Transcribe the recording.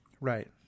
Right